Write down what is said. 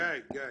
גיא, שמעתי,